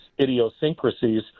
idiosyncrasies